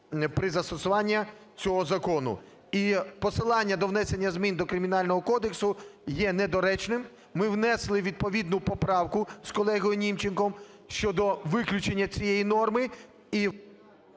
при застосуванні цього закону. І посилання до внесення змін до Кримінального кодексу є недоречним, ми внесли відповідну поправку з колегою Німченком щодо виключення цієї норми